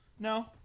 No